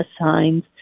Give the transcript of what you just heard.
signs